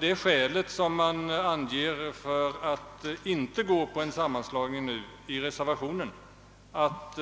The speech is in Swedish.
Det skäl som i reservationen anförs för att beslut om en sammanläggning inte skall fattas nu — att